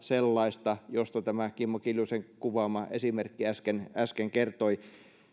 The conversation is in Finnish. sellaista josta tämä kimmo kiljusen kuvaama esimerkki äsken äsken kertoi